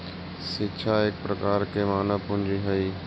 शिक्षा एक प्रकार के मानव पूंजी हइ